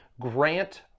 grant